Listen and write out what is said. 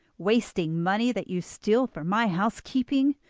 wasting money that you steal from my housekeeping?